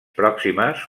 pròximes